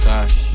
Cash